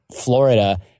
Florida